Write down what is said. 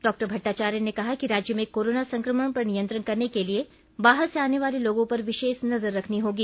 doctor Bhattacharya ने कहा कि राज्य में कोरोना संक्रमण पर नियंत्रण करने के लिए बाहर से आने वाले लोगों पर विशेष नजर रखनी होगी